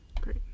Great